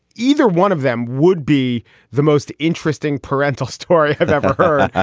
either one of them would be the most interesting parental story i've ever heard.